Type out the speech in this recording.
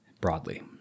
broadly